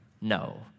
no